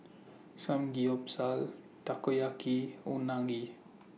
Samgeyopsal Takoyaki and Unagi